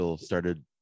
started